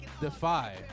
Defy